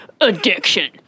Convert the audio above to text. addiction